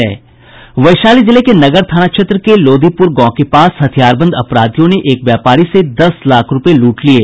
वैशाली जिले के नगर थाना क्षेत्र के लोदीपुर गांव के पास हथियारबंद अपराधियों ने एक व्यापारी से दस लाख रूपये लूट लिये